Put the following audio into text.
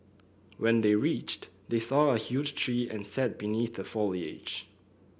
when they reached they saw a huge tree and sat beneath the foliage